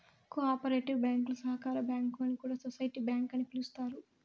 co operative బ్యాంకులు సహకార bank అని సోసిటీ బ్యాంక్ అని పిలుత్తారు